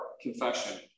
confession